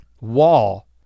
wall